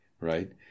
right